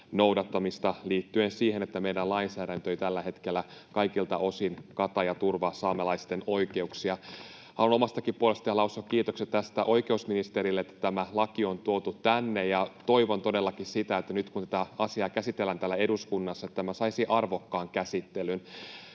noudattamista, liittyen siihen, että meidän lainsäädäntö ei tällä hetkellä kaikilta osin kata ja turvaa saamelaisten oikeuksia. Haluan omastakin puolestani lausua kiitokset tästä oikeusministerille, että tämä laki on tuotu tänne. Toivon todellakin sitä, että nyt, kun tätä asiaa käsitellään täällä eduskunnassa, tämä saisi arvokkaan käsittelyn